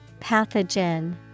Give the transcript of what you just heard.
Pathogen